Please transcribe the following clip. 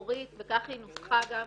וכך היא נוסחה גם,